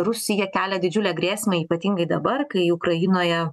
rusija kelia didžiulę grėsmę ypatingai dabar kai ukrainoje